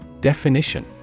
Definition